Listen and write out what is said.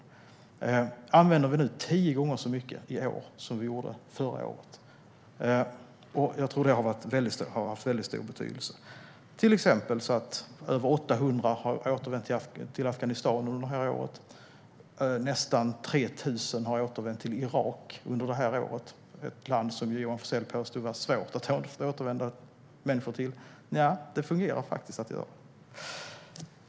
Vi använder nu tio gånger så mycket för detta som vi gjorde förra året, och jag tror att det har haft mycket stor betydelse. Exempelvis har över 800 återvänt till Afghanistan under detta år. Nästan 3 000 har återvänt till Irak under detta år. Johan Forssell sa att det var svårt att få människor att återvända dit, men det fungerar faktiskt.